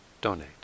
donate